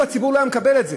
והציבור לא היה מקבל את זה,